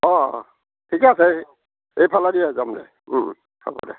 অঁ ঠিকে আছে এইফালেদিয়েই যাম দে হ'ব দে